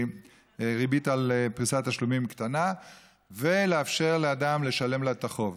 ריבית על פריסת תשלומים קטנה ולאפשר לאדם לשלם לה את החוב.